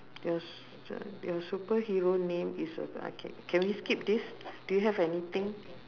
yours uh your superhero name is uh I can't can we skip this do you have anything